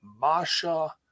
Masha